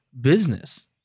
business